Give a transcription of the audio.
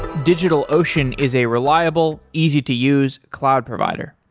digitalocean is a reliable, easy-to-use cloud provider.